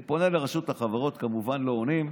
אני פונה לרשות החברות, כמובן לא עונה,